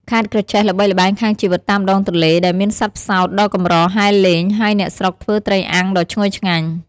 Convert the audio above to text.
ខេត្តក្រចេះល្បីល្បាញខាងជីវិតតាមដងទន្លេ ដែលមានសត្វផ្សោតដ៏កម្រហែលលេង ហើយអ្នកស្រុកធ្វើត្រីអាំងដ៏ឈ្ងុយឆ្ងាញ់។